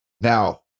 Now